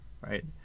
Right